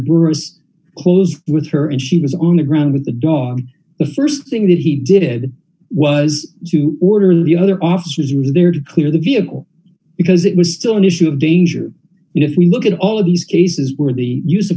is close with her and she was on the ground with the dog the st thing that he did was to order the other officers were there to clear the vehicle because it was still an issue of danger you know if we look at all of these cases where the use of